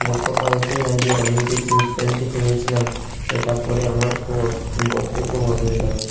গত পাঁচদিন আগে আমি যে জিন্স প্যান্টটি কিনেছিলাম সেটা পরে আমার খুব বসতে খুব অসুবিধা হয়